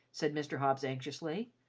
said mr. hobbs, anxiously.